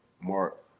Mark